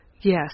Yes